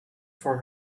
for